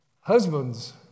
Husbands